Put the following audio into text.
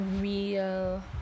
real